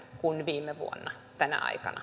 kuin viime vuonna tähän aikaan